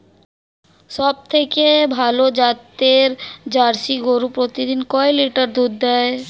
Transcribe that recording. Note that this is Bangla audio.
সবথেকে ভালো জাতের জার্সি গরু প্রতিদিন কয় লিটার করে দুধ দেয়?